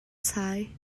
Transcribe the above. sai